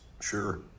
Sure